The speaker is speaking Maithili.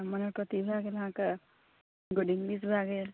मनोहर पोथी भय गेल अहाँके गुड इंग्लिश भय गेल